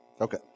Okay